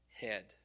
head